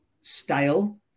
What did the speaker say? style